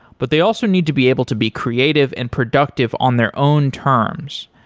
but they also need to be able to be creative and productive on their own terms.